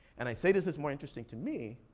and i say this is more interesting to me